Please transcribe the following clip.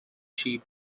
sheep